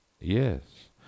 Yes